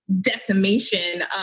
Decimation